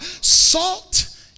salt